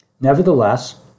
Nevertheless